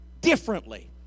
differently